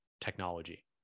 technology